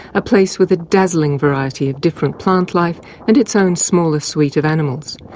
a place with a dazzling variety of different plant life and its own smaller suite of animals.